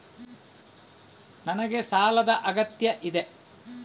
ನನಗೆ ಸಾಲದ ಅಗತ್ಯ ಇದೆ?